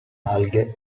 alghe